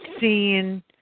seeing